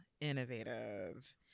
innovative